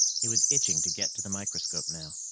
he was itching to get to the microscope now,